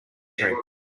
tree